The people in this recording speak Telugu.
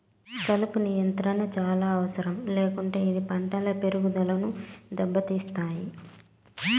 కలుపు నియంత్రణ చానా అవసరం లేకుంటే ఇది పంటల పెరుగుదనను దెబ్బతీస్తాయి